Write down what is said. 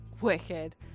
Wicked